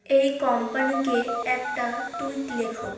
এই কোম্পানিকে একটা টুইট লেখো